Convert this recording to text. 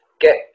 get